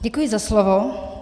Děkuji za slovo.